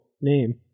name